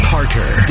Parker